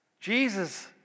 Jesus